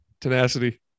Tenacity